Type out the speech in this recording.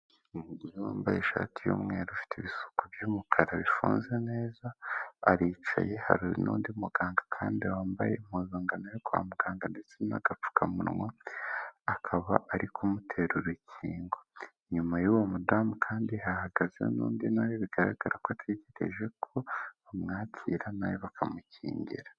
Umugore wambaye ishati y'umweru ufite ibisuko by'umukara bifunze neza, aricaye hamwe n'undi muganga kandi wambaye impuzangano yo kwa muganga ndetse n'agapfukamunwa. Akaba ari kumutera urukingo . Inyuma y'uwo mudamu kandi hahagaze n'undi nawe bigaragara ko ategereje ko bamwakira nawe bakamukingira.